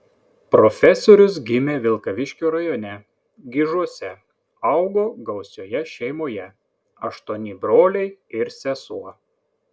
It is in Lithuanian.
profesorius gimė vilkaviškio rajone gižuose augo gausioje šeimoje aštuoni broliai ir sesuo